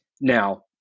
Now